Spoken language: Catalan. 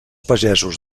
pagesos